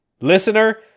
listener